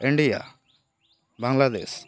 India Bangladesh